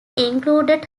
included